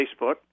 Facebook